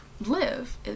live